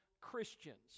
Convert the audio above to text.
Christians